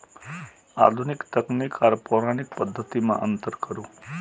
आधुनिक तकनीक आर पौराणिक पद्धति में अंतर करू?